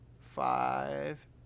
five